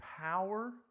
power